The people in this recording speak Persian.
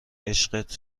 عشقت